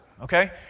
okay